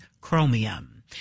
chromium